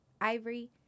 Ivory